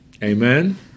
Amen